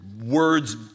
words